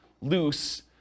loose